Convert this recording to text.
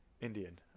Indian